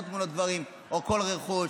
או תמונות גברים או כל רכוש,